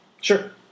sure